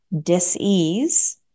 dis-ease